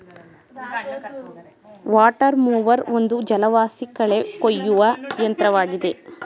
water mower ಒಂದು ಜಲವಾಸಿ ಕಳೆ ಕುಯ್ಯುವ ಯಂತ್ರವಾಗಿದೆ